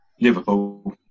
Liverpool